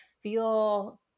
feel